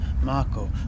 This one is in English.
Marco